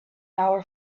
our